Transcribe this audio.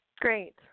Great